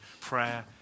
prayer